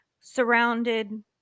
surrounded